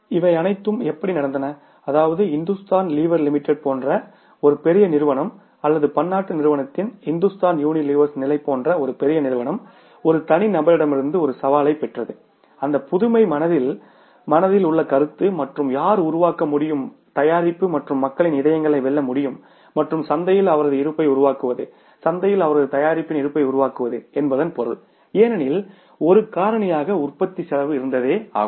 இவை அனைத்தும் எப்படி நடந்தன அதாவது இந்துஸ்தான் லீவர் லிமிடெட் போன்ற ஒரு பெரிய நிறுவனம் அல்லது பன்னாட்டு நிறுவனத்தின் இந்துஸ்தான் யூனிலீவர்ஸ் நிலை போன்ற ஒரு பெரிய நிறுவனம் ஒரு தனி நபரிடமிருந்து ஒரு சவாலைப் பெற்றது அந்த புதுமை மனதில் மனதில் உள்ள கருத்து மற்றும் யார் உருவாக்க முடியும் தயாரிப்பு மற்றும் மக்களின் இதயங்களை வெல்ல முடியும் மற்றும் சந்தையில் அவரது இருப்பை உருவாக்குவது சந்தையில் அவரது தயாரிப்பின் இருப்பை உருவாக்குவது என்பதன் பொருள் ஏனெனில் ஒரு காரணியாக உற்பத்தி செலவு இருந்தது ஆகும்